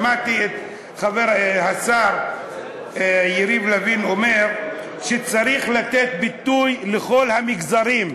שמעתי את השר יריב לוין אומר שצריך לתת ביטוי לכל המגזרים.